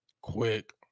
quick